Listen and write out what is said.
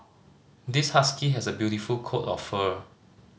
this husky has a beautiful coat of fur